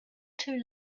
too